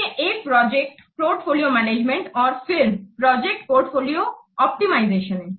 अन्य एक project portfolio management और फिर प्रोजेक्ट पोर्टफोलियो ऑप्टिमाइजेशन है